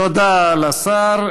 תודה לשר.